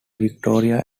victoria